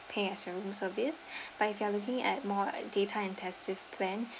pay as your roam service but if you are looking at more daytime and passive plan